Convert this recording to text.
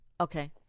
Okay